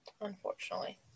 unfortunately